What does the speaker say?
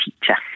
teacher